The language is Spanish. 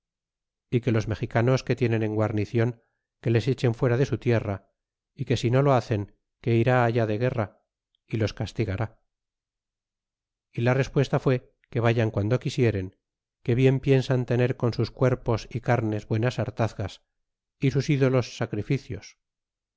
y que los mexicanos que tienen en guarnicion que les echen fuera de su tierra y que si no lo hacen que irá allá de guerra y los castigará y la respuesta fue que vayan guando quisieren que bien piensan tener con sus cuerpos y carnes buenas hartazgas y sus ídolos sacrificios